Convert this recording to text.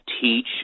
teach